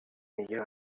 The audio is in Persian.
میگه